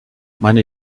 meine